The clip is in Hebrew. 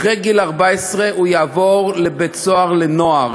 אחרי גיל 14 הוא יעבור לבית-סוהר לנוער,